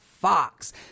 fox